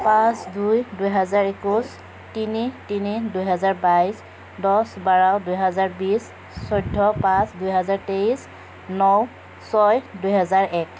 পাঁচ দুই দুহেজাৰ একৈছ তিনি তিনি দুহেজাৰ বাইছ দহ বাৰ দুহেজাৰ বিছ চৈধ্য পাঁচ দুহেজাৰ তেইছ ন ছয় দুহেজাৰ এক